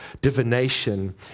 divination